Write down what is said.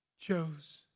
chose